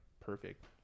perfect